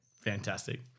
Fantastic